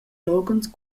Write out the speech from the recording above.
loghens